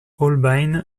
holbein